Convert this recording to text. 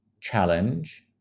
challenge